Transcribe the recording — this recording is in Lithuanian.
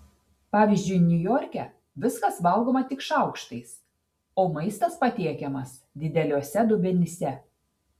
pavyzdžiui niujorke viskas valgoma tik šaukštais o maistas patiekiamas dideliuose dubenyse